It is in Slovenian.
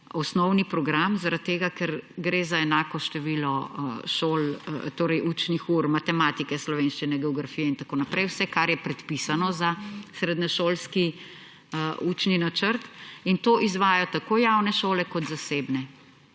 osnovni program zaradi tega, ker gre za enako število učnih ur matematike, slovenščine, geografije in tako naprej, vse, kar je predpisano za srednješolski učni načrt. In to izvajajo tako javne šole kot zasebne.